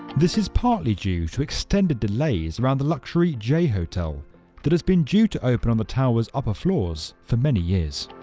this is partly due to extended delays around the luxury j-hotel that has been due to open on the tower's upper floors for many years.